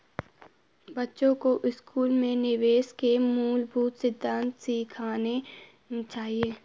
बच्चों को स्कूल में निवेश के मूलभूत सिद्धांत सिखाने चाहिए